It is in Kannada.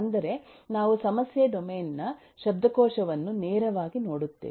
ಅಂದರೆ ನಾವು ಸಮಸ್ಯೆ ಡೊಮೇನ್ ನ ಶಬ್ದಕೋಶವನ್ನು ನೇರವಾಗಿ ನೋಡುತ್ತೇವೆ